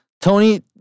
Tony